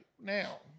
now